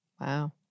Wow